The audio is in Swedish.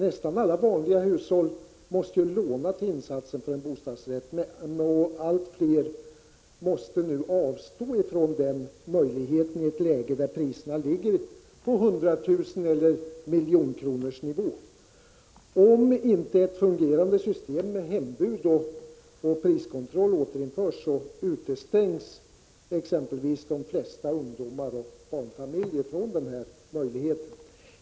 Nästan alla vanliga hushåll måste ju låna till insatsen för en bostadsrätt. Allt fler måste nu avstå från denna möjlighet, i ett läge där priserna ligger på nivån 100 000 kr. eller 1 miljon. Om inte ett fungerande system med hembud och priskontroll återinförs, utestängs exempelvis de flesta ungdomar och barnfamiljer från denna möjlighet.